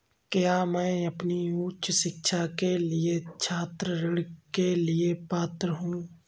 क्या मैं अपनी उच्च शिक्षा के लिए छात्र ऋण के लिए पात्र हूँ?